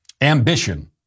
Ambition